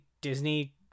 Disney